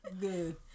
good